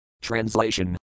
Translation